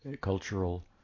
cultural